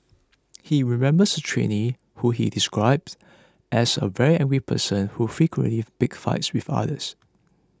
he remembers a trainee whom he described as a very angry person who frequently picked fights with others